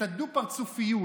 את הדו-פרצופיות,